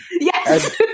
Yes